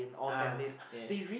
ah yes